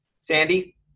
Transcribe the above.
Sandy